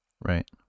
Right